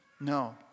No